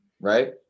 right